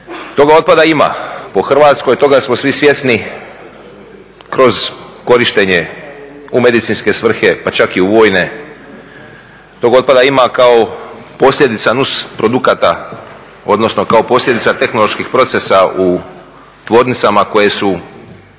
Toga otpada ima po Hrvatskoj, toga smo svi svjesni kroz korištenje u medicinske svrhe pa čak i u vojne, tog otpada ima kao posljedica nus produkata odnosno kao posljedica tehnoloških procesa u tvornicama koje su